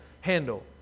handle